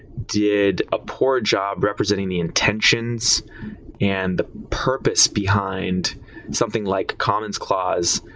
did a poor job representing the intentions and the purpose behind something like commons clause,